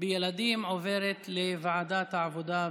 בילדים עוברת לוועדת העבודה,